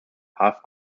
half